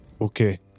Okay